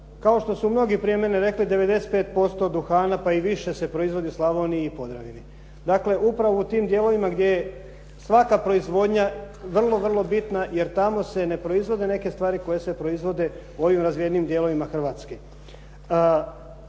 kao što su mnogi prije mene rekli 95% duhana pa i više se proizvodi u Slavoniji i Podravini. Dakle, upravo u tim dijelovima gdje svaka proizvodnja vrlo, vrlo bitna, jer tamo se ne proizvode neke stvari koje se proizvode u ovim razvijenijim dijelovima Hrvatske.